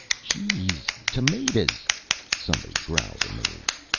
jeez tamadas! somebody growled, amazed.